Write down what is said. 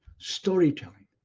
storytelling.